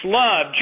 love